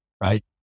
Right